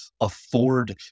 afford